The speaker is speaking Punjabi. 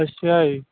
ਅੱਛਾ ਜੀ